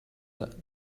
that